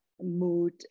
mood